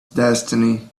destiny